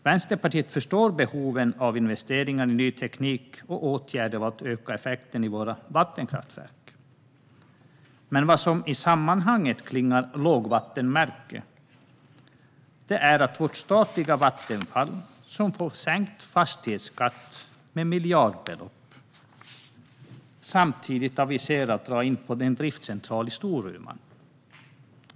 Vänsterpartiet förstår behoven av investeringar i ny teknik och åtgärder för att öka effekten i våra vattenkraftverk. Men vad som känns som ett lågvattenmärke i sammanhanget är att vårt statliga Vattenfall, som får sänkt fastighetsskatt med miljardbelopp, samtidigt aviserar att man ska dra in på driftcentralen i Storuman.